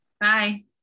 Bye